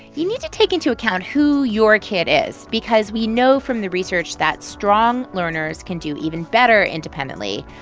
you need to take into account who your kid is because we know from the research that strong learners can do even better independently.